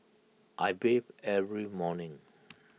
I bathe every morning